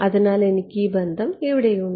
അതിനാൽ എനിക്ക് ഈ ബന്ധം ഇവിടെയുണ്ട്